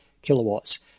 kilowatts